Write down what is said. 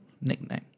nickname